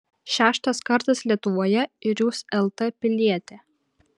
šeštas kartas lietuvoje ir jūs lt pilietė